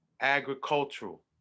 agricultural